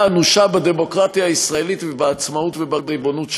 אנושה בדמוקרטיה הישראלית ובעצמאות ובריבונות שלנו,